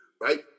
right